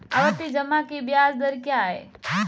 आवर्ती जमा की ब्याज दर क्या है?